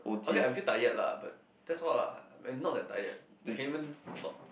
okay I feel tired lah but that's all lah and not that tired I can even talk